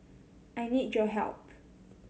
I need your help